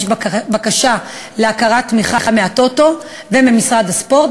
בקשה להכרת תמיכה מהטוטו וממשרד הספורט,